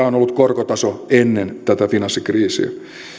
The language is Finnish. on ollut korkotaso ennen tätä finanssikriisiä